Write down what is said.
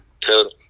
total